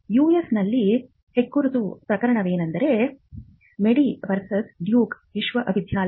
ಯುಎಸ್ನಲ್ಲಿ ಹೆಗ್ಗುರುತು ಪ್ರಕರಣವೆಂದರೆ Madey versus Duke ವಿಶ್ವವಿದ್ಯಾಲಯ